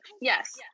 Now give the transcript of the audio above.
yes